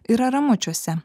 yra ramučiuose